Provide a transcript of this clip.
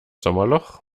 sommerloch